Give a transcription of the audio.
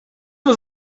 was